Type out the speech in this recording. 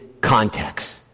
context